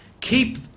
keep